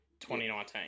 2019